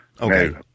Okay